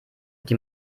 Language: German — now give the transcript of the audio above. die